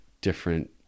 different